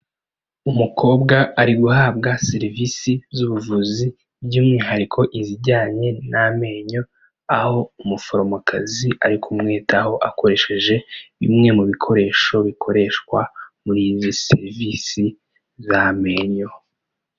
Umukobwa ari guhabwa serivisi z'ubuvuzi by'umwihariko izijyanye n'amenyo, aho umuforomokazi ari kumwitaho akoresheje bimwe mu bikoresho bikoreshwa muri izi serivisi z'amenyo.